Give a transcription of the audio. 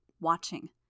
watching